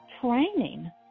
Training